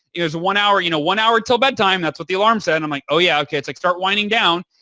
it was one hour you know one hour until bedtime. that's what the alarm said. i'm like, oh yeah, okay. i'd like start winding down.